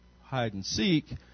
hide-and-seek